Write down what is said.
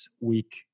week